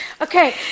okay